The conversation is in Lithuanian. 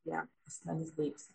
jie asmens deiksė